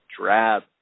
drab